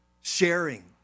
sharing